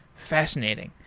fascinating.